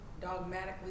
dogmatically